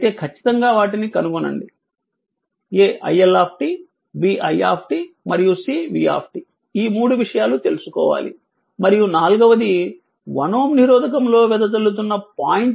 అయితే ఖచ్చితంగా వాటిని కనుగొనండి a iL b i మరియు c v ఈ మూడు విషయాలు తెలుసుకోవాలి మరియు నాల్గవది 1Ω నిరోధకంలో వెదజల్లుతున్న 0